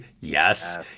Yes